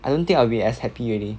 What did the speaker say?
I don't think I'll be as happy already